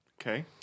Okay